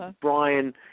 Brian